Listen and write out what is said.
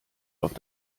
auf